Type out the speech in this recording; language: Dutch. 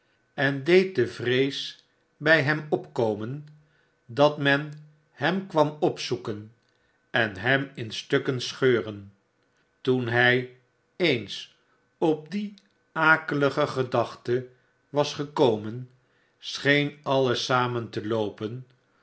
en deed de vrees bij hem opkomen dat men hem kwam opzoeken en hem in stukken scheuren toen hij eens op die akelige gedachte aras gekomen scheen alles samen te loopen